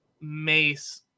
mace